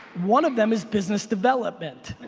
one of them is business development.